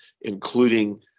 including